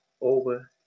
over